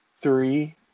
three